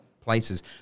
places